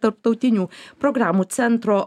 tarptautinių programų centro